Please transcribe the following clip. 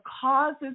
causes